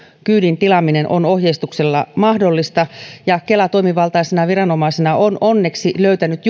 kyydin tilaaminen on ohjeistuksella mahdollista kela toimivaltaisena viranomaisena on onneksi löytänyt